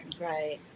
Right